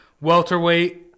welterweight